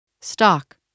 stock